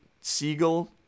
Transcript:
Siegel